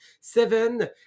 seven